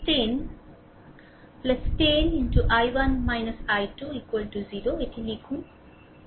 এটি লিখুন 10 ভোল্ট